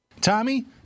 Tommy